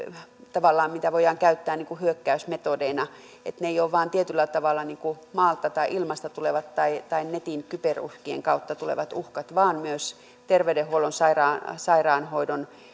tavallaan voidaan käyttää hyökkäysmetodeina ne eivät ole vain tietyllä tavalla maalta tai ilmasta tulevat tai tai netin kyberuhkien kautta tulevat uhkat vaan myös terveydenhuollon sairaanhoidon